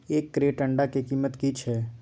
एक क्रेट अंडा के कीमत की छै?